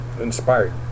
inspired